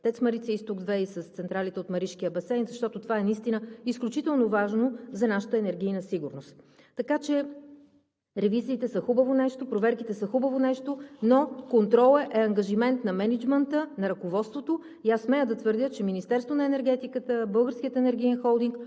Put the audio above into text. Марица изток 2“ и с централите от Маришкия басейн, защото това наистина е изключително важно за нашата енергийна сигурност. Така че ревизиите са хубаво нещо, проверките са хубаво нещо, но контролът е ангажимент на мениджмънта, на ръководството и аз смея да твърдя, че Министерството на енергетиката, Българският енергиен холдинг